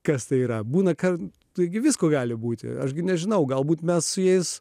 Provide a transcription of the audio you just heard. kas tai yra būna kad taigi visko gali būti aš gi nežinau galbūt mes su jais